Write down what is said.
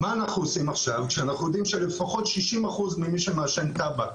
מה אנחנו עושים עכשיו כשאנחנו יודעים שלפחות 60% ממי שמעשן טבק,